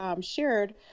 shared